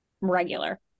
regular